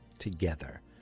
Together